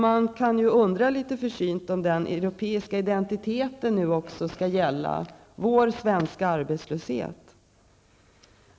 Man kan ju litet försynt undra om den europeiska identiteten nu också skall gälla vår svenska arbetslöshet.